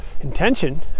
intention